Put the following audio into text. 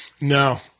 no